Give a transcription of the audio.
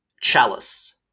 Chalice